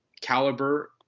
caliber –